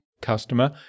customer